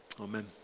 Amen